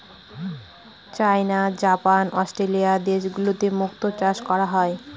চাইনা, Japan, Australia দেশগুলোতে মুক্তো চাষ করা হয়